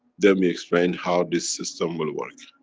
then we explain how this system will work.